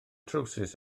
trowsus